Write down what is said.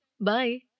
Bye